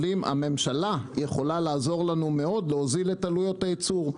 הממשלה יכולה לעזור לנו להוזיל את עלויות הייצור.